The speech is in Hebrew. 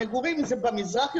המגורים הם יותר במזרח.